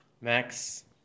Max